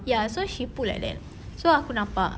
ya so she put like that so aku nampak